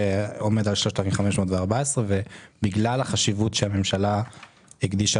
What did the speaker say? שעומד על 3,514. בגלל החשיבות שהממשלה הקדישה